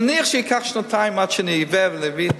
נניח שייקח שנתיים עד שאני אביא,